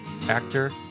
actor